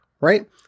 right